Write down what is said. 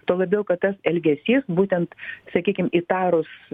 tuo labiau kad tas elgesys būtent sakykim įtarus